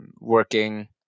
working